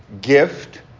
gift